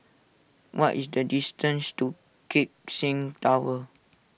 what is the distance to Keck Seng Tower